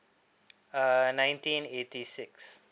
uh nineteen eighty six